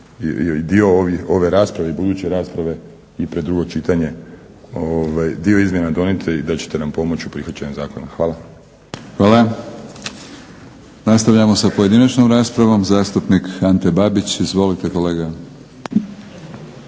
dio ove rasprave i buduće rasprave i pred drugo čitanje dio izmjena donijeti i da ćete nam pomoći u prihvaćanju zakona. Hvala. **Batinić, Milorad (HNS)** Hvala. Nastavljamo s pojedinačnom raspravom. Zastupnik Ante Babić. Izvolite kolega.